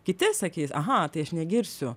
kiti sakys aha tai aš negirsiu